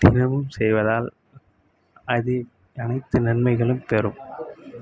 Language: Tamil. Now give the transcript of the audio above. தினமும் செய்வதால் அது அனைத்து நன்மைகளும் தரும்